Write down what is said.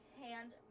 hand